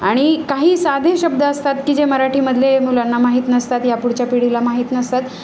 आणि काही साधे शब्द असतात की जे मराठीमधले मुलांना माहीत नसतात या पुढच्या पिढीला माहीत नसतात